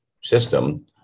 system